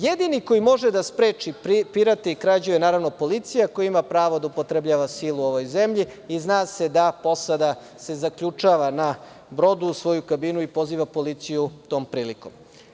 Jedini koji može da spreči pirate i krađu je policija, koja ima pravo da upotrebljava silu u ovoj zemlji i zna se da posada se zaključava na brodu u svoju kabinu i poziva policiju tom prilikom.